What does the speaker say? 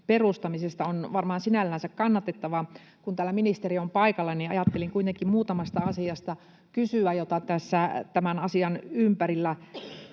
perustamisesta on varmaan sinällänsä kannatettava. Kun täällä ministeri on paikalla, niin ajattelin kuitenkin kysyä muutamasta asiasta, joita tässä tämän asian ympärillä